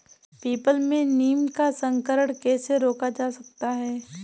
People में नीम का संकरण कैसे रोका जा सकता है?